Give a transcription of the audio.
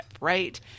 right